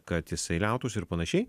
kad jisai liautųsi ir panašiai